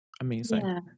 amazing